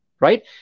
right